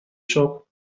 shop